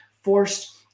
forced